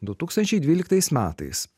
du tūkstančiai dvyliktais metais